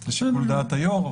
זה לשיקול דעת היושב-ראש,